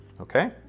okay